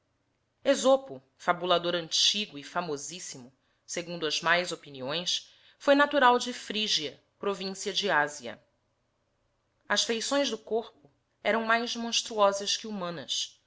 v esopo fabiilador actigo e famosissimo segundo as mais opiniões foi natural de phrygia província de ásia as feições do corpo erão mais monstruosas que liumanas